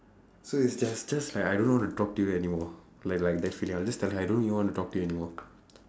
so it's just just like I don't want to talk to you anymore like like that feeling I will just tell her I don't even want to talk to you anymore